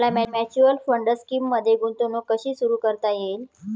मला mutual fund स्कीममध्ये गुंतवणूक कशी सुरू करता येईल?